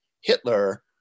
Hitler